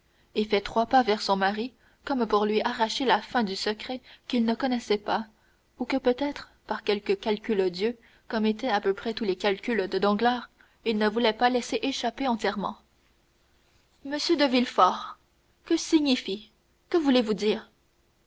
et fait trois pas vers son mari comme pour lui arracher la fin du secret qu'il ne connaissait pas ou que peut-être par quelque calcul odieux comme étaient à peu près tous les calculs de danglars il ne voulait pas laisser échapper entièrement m de villefort que signifie que voulez-vous dire